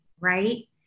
right